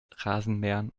rasenmähern